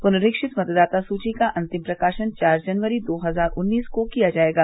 पुनरीक्षित मतदाता सुची का अंतिम प्रकाशन चार जनवरी दो हजार उन्नीस को किया जायेगा